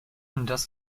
das